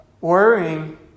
worrying